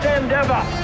endeavor